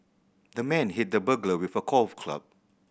the man hit the burglar with a golf club